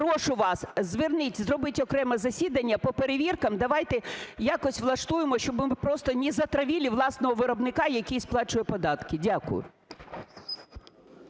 Прошу вас, зверніться, зробіть окреме засідання по перевіркам, давайте якось влаштуємо, щоби просто не затравили власного виробника, який сплачує податки. Дякую.